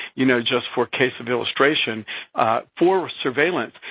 you know. just for case of illustration for surveillance,